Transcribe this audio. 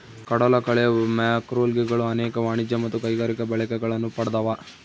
ಕಡಲಕಳೆ ಮ್ಯಾಕ್ರೋಲ್ಗೆಗಳು ಅನೇಕ ವಾಣಿಜ್ಯ ಮತ್ತು ಕೈಗಾರಿಕಾ ಬಳಕೆಗಳನ್ನು ಪಡ್ದವ